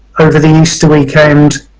over the easter weekend,